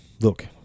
look